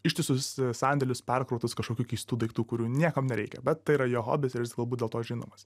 ištisus sandėlius perkrautus kažkokių keistų daiktų kurių niekam nereikia bet tai yra jo hobis galbūt dėl to žinomas